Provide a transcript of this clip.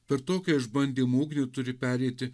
per tokią išbandymų ugnį turi pereiti